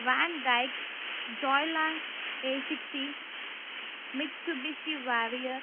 వాండైక్స్ Jialong ఏ సిక్సీ Mitsubishi warrior